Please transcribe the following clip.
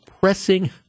pressing